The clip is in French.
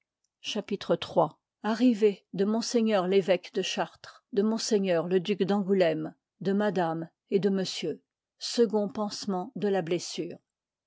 chapitre ii arrivé de m vévéque de chartres de m le duc d'jngoidéme de madame et de monsieur second pansement de la blessure